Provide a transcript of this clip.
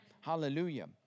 Hallelujah